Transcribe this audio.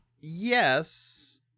Yes